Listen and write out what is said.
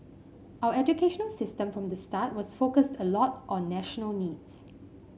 our educational system from the start was focused a lot on national needs